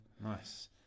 Nice